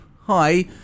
hi